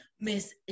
Miss